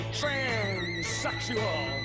transsexual